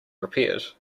repaired